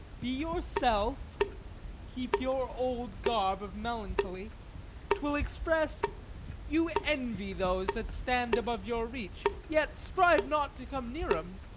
be yourself keep your old garb of melancholy twill express you envy those that stand above your reach, yet strive not to come near em.